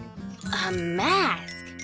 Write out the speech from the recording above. a mask!